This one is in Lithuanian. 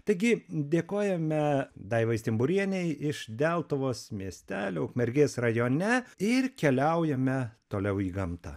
taigi dėkojame daivai stimburienei iš deltuvos miestelio ukmergės rajone ir keliaujame toliau į gamtą